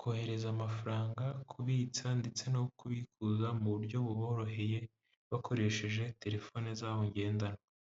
kohereza amafaranga, kubitsa ndetse no kubikuza mu buryo buboroheye bakoresheje telefone zabo ngendanwa.